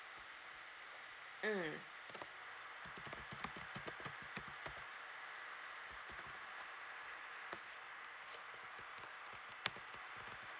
mm